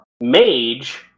mage